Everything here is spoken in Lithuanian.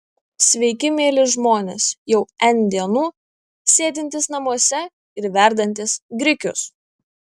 sveiki mieli žmonės jau n dienų sėdintys namuose ir verdantys grikius